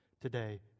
today